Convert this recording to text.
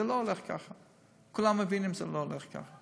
זה לא הולך ככה, כולנו מבינים שזה לא הולך ככה.